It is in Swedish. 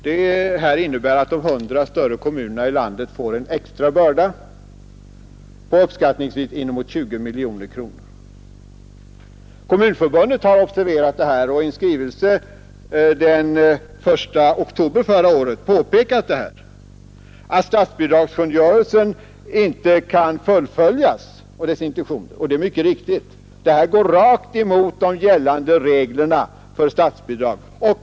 Detta innebär att de 100 större kommunerna i landet får en extra börda på uppskattningsvis inemot 20 miljoner kronor. Kommunförbundet har i en skrivelse den 1 oktober förra året påpekat att statsbidragskungörelsens intentioner inte kan fullföljas. Det är mycket viktigt, eftersom ändringen av anslagsbeteckningen går rakt emot gällande regler för statsbidrag.